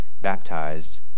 baptized